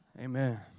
Amen